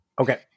Okay